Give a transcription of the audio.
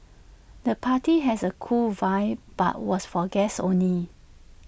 the party has A cool vibe but was for guests only